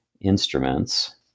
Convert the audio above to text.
instruments